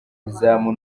izamu